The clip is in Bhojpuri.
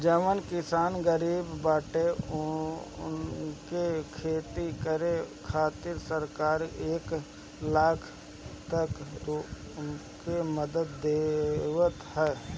जवन किसान गरीब बाटे उनके खेती करे खातिर सरकार एक लाख तकले के मदद देवत ह